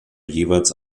jeweils